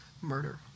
murder